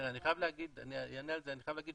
אני אענה על זה, אני חייב להגיד